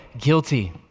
guilty